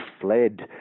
fled